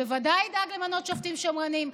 הוא בוודאי ידאג למנות שופטים שמרנים.